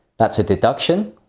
that's a deduction.